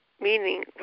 meaning